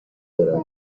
دارن